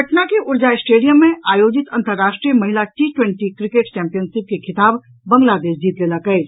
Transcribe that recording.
पटना के ऊर्जा स्टेडियम मे आयोजित अंतर्राष्ट्रीय महिला टी ट्वेंटी क्रिकेट चैंपियनशिप के खिताब बांग्लादेश जीत लेलक अछि